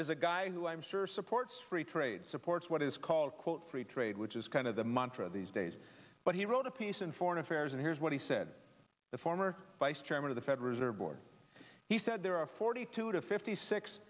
is a guy who i'm sure supports free trade supports what is called quote free trade which is kind of the montra these days but he wrote a piece in foreign affairs and here's what he said the former vice chairman of the federal reserve board he said there are forty two to fifty six